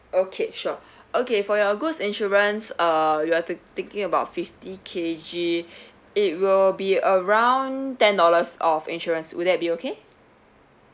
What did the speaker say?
okay sure okay for your goods insurance uh you're take~ taking about fifty K_G it will be around ten dollars of insurance will that be okay